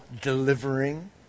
delivering